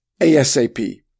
ASAP